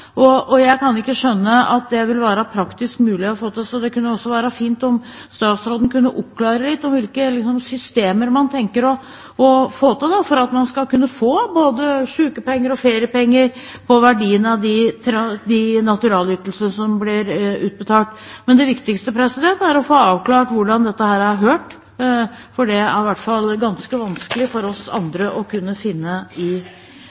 og jeg kan ikke skjønne at det vil være praktisk mulig å få til. Det ville også være fint om statsråden kunne oppklare litt om hvilke systemer man tenker å få til for at man skal kunne få både sykepenger og feriepenger på verdien av de naturalytelsene som blir utbetalt. Men det viktigste er å få avklart hvordan dette er hørt, for det er i hvert fall ganske vanskelig for oss andre å finne i